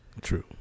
True